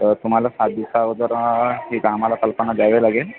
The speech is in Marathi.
तर तुम्हाला सात दिवस अगोदर इथं आम्हाला कल्पना द्यावी लागेल